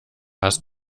hast